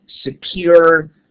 secure